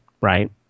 right